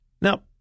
Now